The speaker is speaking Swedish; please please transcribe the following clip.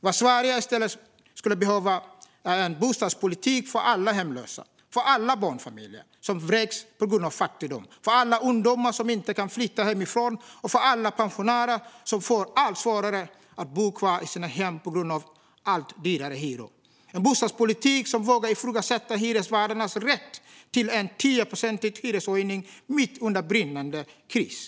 Vad Sverige i stället skulle behöva är en bostadspolitik för alla hemlösa, för alla barnfamiljer som vräks på grund av fattigdom, för alla ungdomar som inte kan flytta hemifrån och för alla pensionärer som får allt svårare att bo kvar i sina hem på grund av allt dyrare hyror. Det behövs en bostadspolitik som vågar ifrågasätta hyresvärdarnas rätt att göra en 10-procentig hyreshöjning mitt under brinnande kris.